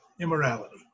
immorality